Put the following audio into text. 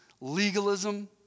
Legalism